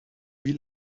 wie